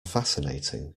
fascinating